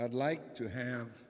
i'd like to have